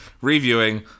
reviewing